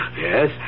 Yes